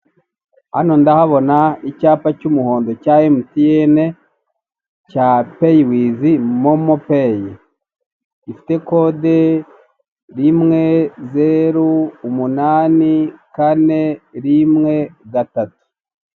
Hano ndahabona icyapa cy'umuhondo cya emutiyene cya peyi wizi momo peyi. gifite kode rimwe, zeru, umunani, kane, rimwe, gatatu.